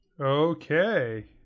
Okay